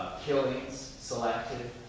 killings, selective,